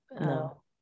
no